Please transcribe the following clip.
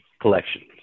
collections